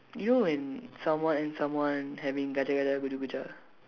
you know when someone and someone having கஜ கஜா குஜு குஜா:kaja kajaa kuju kujaa